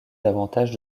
davantage